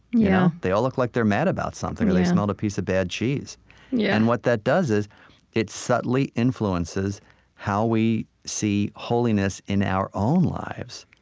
yeah they all look like they're mad about something, or they smelled a piece of bad cheese yeah and what that does is it subtly influences how we see holiness in our own lives.